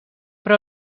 però